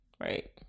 right